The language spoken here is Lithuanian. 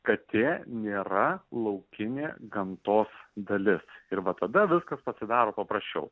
katė nėra laukinė gamtos dalis ir va tada viskas pasidaro paprasčiau